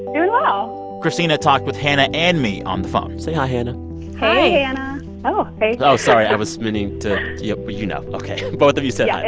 doing well christina talked with hannah and me on the phone say hi hannah hi hey, hannah oh, hey oh, sorry. i was meaning to yeah. well, you know. ok. both of you said hi